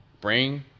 bring